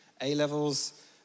A-levels